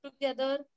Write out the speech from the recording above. together